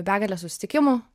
begale susitikimų